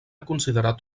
considerat